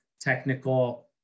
technical